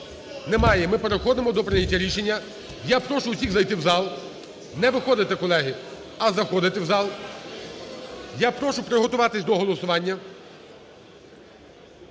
Немає. Ми переходимо до прийняття рішення. Я прошу усіх зайти в зал, не виходити, колеги, а заходити в зал. Я прошу приготуватися до голосування.